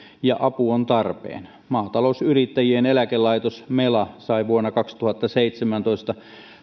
ja apu on tarpeen maatalousyrittäjien eläkelaitos mela sai vuonna kaksituhattaseitsemäntoista